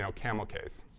so camel case.